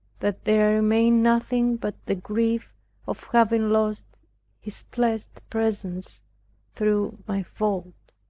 that there remained nothing but the grief of having lost his blessed presence through my fault.